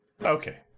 Okay